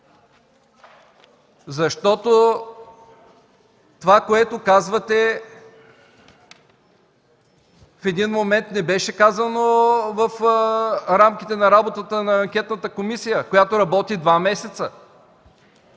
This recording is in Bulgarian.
КБ.) Това, което казвате в един момент, не беше казано в рамките на работата на Анкетната комисия, която работи два месеца.